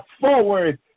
forward